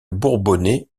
bourbonnais